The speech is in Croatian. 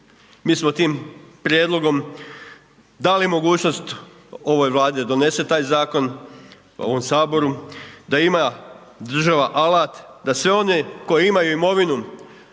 Mi smo tim prijedlogom dali mogućnost ovoj Vladi da donese taj zakon u ovom Saboru, da ima država alat da sve one koji imaju imovinu